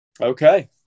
Okay